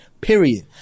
Period